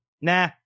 nah